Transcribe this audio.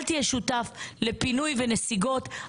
אל תהיה שותף לפינוי ונסיגות,